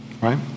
right